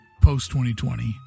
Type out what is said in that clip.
post-2020